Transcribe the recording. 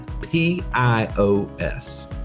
P-I-O-S